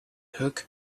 hook